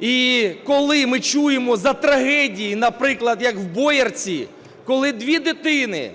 І коли ми чуємо за трагедії, наприклад, як в Боярці, коли дві дитини,